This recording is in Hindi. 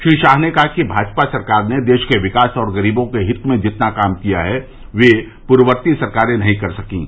श्री शाह ने कहा कि भाजपा सरकार ने देश के विकास और ग़रीबों के हित में जितना काम किया है वह पूर्ववर्ती सरकारें नहीं कर सकीं